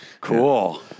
Cool